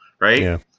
right